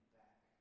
back